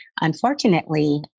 Unfortunately